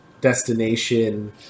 destination